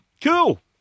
cool